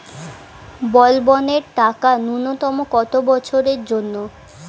বলবনের টাকা ন্যূনতম কত বছরের জন্য?